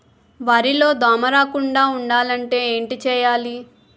వరిలో దోమ రాకుండ ఉండాలంటే ఏంటి చేయాలి?